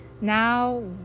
now